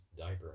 diaper